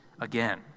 again